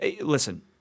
listen